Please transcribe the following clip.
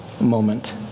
moment